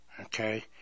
okay